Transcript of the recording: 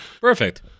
Perfect